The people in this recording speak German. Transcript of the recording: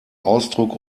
ausdruck